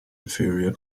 inferior